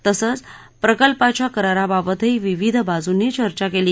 तसंच प्रकल्पाच्या कराराबाबतही विविध बाजूंनी चर्चा केली